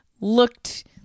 looked